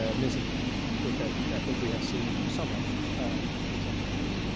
ah misinformation, which i think we have seen some of in some countries.